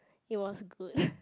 it was good